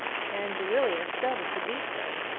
and duilius felt it to be so.